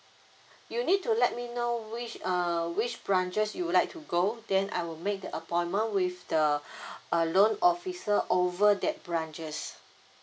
you need to let me know which uh which branches you would like to go then I will make the appointment with the uh loan officer over that branches